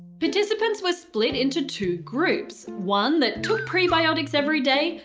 participants were split into two groups, one that took prebiotics every day,